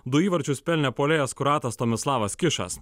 du įvarčius pelnė puolėjas kroatas tomislavas kišas